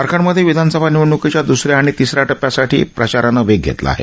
झारखंडमधे विधानसभा निवडणुकीच्या दसऱ्या आणि तिसऱ्या टप्प्यासाठी प्रचारानं वेग घेतला आहे